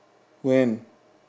when